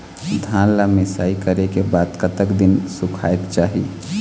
धान ला मिसाई करे के बाद कतक दिन सुखायेक चाही?